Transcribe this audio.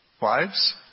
Wives